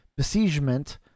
besiegement